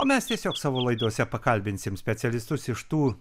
o mes tiesiog savo laidose pakalbinsim specialistus iš tų